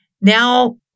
Now